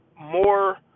more